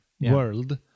world